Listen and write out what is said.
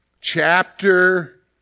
chapter